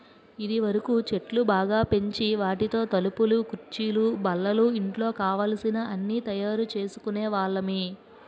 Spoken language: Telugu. ఇదివరకు చెట్లు బాగా పెంచి వాటితో తలుపులు కుర్చీలు బల్లలు ఇంట్లో కావలసిన అన్నీ తయారు చేసుకునే వాళ్ళమి